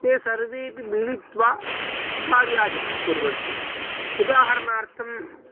ते सर्वेपि मिलित्वा कार्यादिकं कुर्वन्ति उदाहरणार्थम्